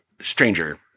Stranger